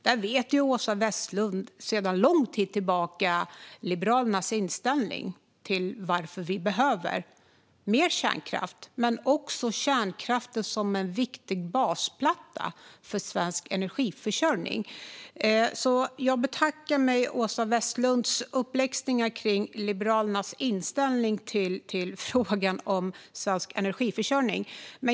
Åsa Westlund känner sedan lång tid tillbaka till Liberalernas inställning till varför Sverige behöver mer kärnkraft och att i vi ser kärnkraften som en viktig basplatta för svensk energiförsörjning. Jag betackar mig därför Åsa Westlunds uppläxningar avseende Liberalernas inställning till svensk energiförsörjning.